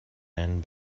and